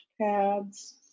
pads